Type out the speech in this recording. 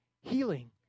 healing